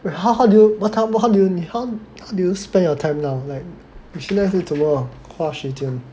wait how how do you what time do you how do you spend your time now like which 你怎么花时间